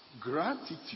Gratitude